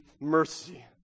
mercy